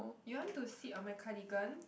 you want to sit on my cardigan